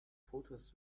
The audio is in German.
fotos